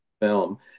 film